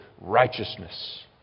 righteousness